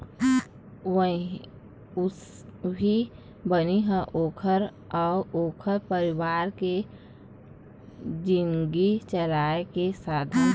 उहीं बनी ह ओखर अउ ओखर परिवार के जिनगी चलाए के साधन होथे